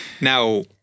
Now